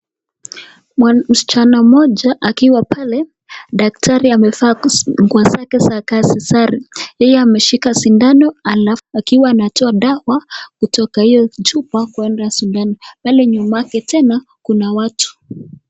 Msichana mmoja akiwa pale daktari amevaa nguo zake za kazi, sare. Yeye ameshika sindano alafu akiwa anatoa dawa kutoka hio chupa kueda sindano. Pale nyuma yake tena kuna watu.